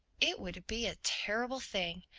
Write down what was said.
it would be a terrible thing.